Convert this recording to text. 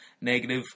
negative